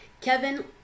Kevin